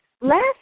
Last